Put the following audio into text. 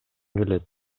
келет